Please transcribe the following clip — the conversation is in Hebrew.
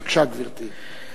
בבקשה, גברתי.